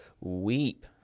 weep